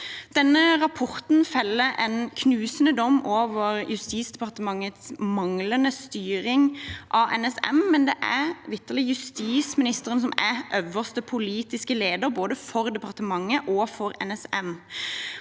rapporten feller en knusende dom over Justisdepartementets manglende styring av NSM, men det er vitterlig justisministeren som er øverste politiske leder både for departementet og for NSM.